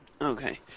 Okay